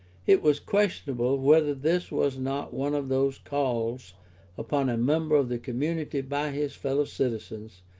it was questionable whether this was not one of those calls upon a member of the community by his fellow-citizens,